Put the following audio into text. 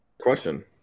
Question